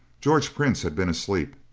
george prince had been asleep,